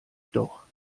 doch